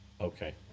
Okay